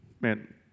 man